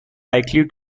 likely